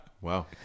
Wow